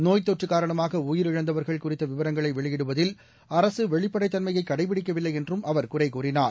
நோய்த்தொற்றுகாரணமாகஉயிரிழந்தவர்கள் குறித்தவிவரங்களைவெளியிடுவதில் அரசுவெளிப்படைத்தன்மையைகடைபிடிக்கவில்லைஎன்றும் அவர் குறைகூறினார்